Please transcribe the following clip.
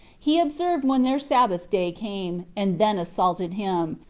he observed when their sabbath day came, and then assaulted him,